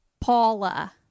Paula